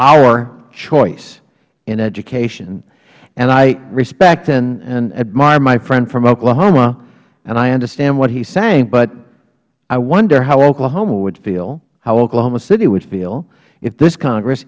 our choice in education and i respect and admire my friend from oklahoma and i understand what he is saying but i wonder how oklahoma would feel how oklahoma city would feel if this congress